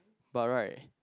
but right